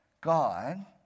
God